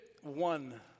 one